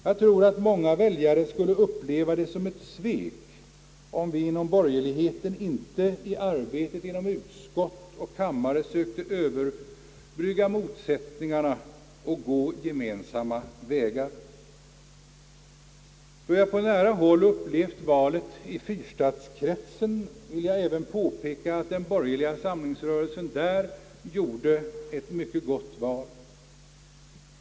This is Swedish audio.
Jag tror att många väljare skulle uppleva det som ett svek, om vi inom borgerligheten inte i arbetet inom utskott och kammare sökte överbrygga motsättningarna och gå gemensamma vägar. Då jag på nära håll upplevt valet i fyrstadskretsen, vill jag även påpeka att den borgerliga samlingsrörelsen där gjorde ett mycket gott val.